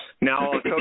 Now